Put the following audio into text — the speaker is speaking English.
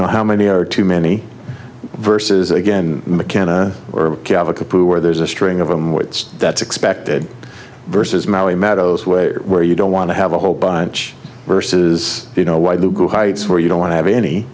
know how many are too many verses again mckenna or have a computer where there's a string of them what's that's expected versus maui meadows way where you don't want to have a whole bunch versus you know why do go heights where you don't want to have any